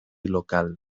local